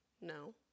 no